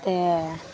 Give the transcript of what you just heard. ತೇ